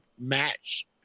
match